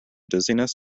dizziness